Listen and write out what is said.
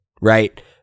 right